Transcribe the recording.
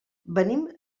venim